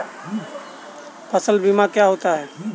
फसल बीमा क्या होता है?